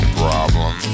problem